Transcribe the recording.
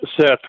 Seth